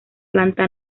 planta